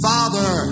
Father